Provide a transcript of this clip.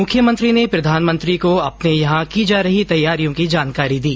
मुख्यमंत्रियों ने प्रधानमंत्री को अपने यहां की जा रही तैयारियों की जानकारी दी